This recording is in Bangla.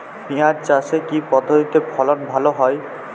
পিঁয়াজ চাষে কি পদ্ধতিতে ফলন ভালো হয়?